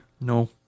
No